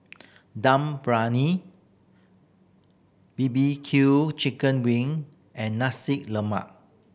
Dum Briyani B B Q chicken wing and Nasi Lemak